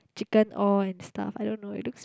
chicken all and stuff I don't know it looks